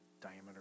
diameter